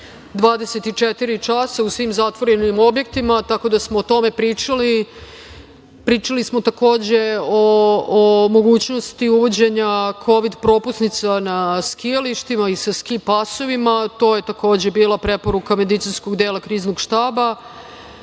24 časa u svim zatvorenim objektima, tako da smo o tome pričali. Pričali smo takođe o mogućnosti uvođenja kovid propusnica na skijalištima i sa ski-pasovima, to je takođe bila preporuka medicinskog dela Kriznog štaba.